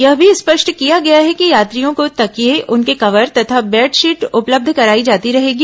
यह भी स्पष्ट किया गया है कि यात्रियों को तकिये उनके कवर तथा बैड शीट उपलब्ध कराई जाती रहेगी